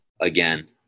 again